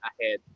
ahead